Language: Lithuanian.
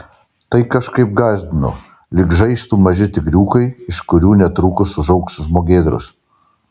tai kažkaip gąsdino lyg žaistų maži tigriukai iš kurių netrukus užaugs žmogėdros